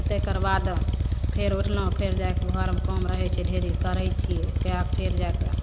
तकरबाद फेर उठलहुँ फेर जाइके घरमे काम रहय छै ढ़ेरी कर छियै कए कऽ फेर जाइकऽ